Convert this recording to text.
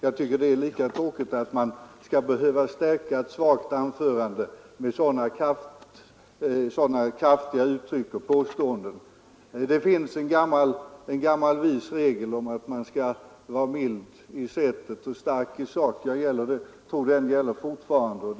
Jag tycker att det är tråkigt att man skall behöva stärka ett svagt anförande med sådana påståenden. Det finns en gammal vis regel om att man skall vara mild i sättet och stark i sak. Jag tror den regeln fortfarande gäller.